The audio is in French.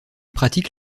pratique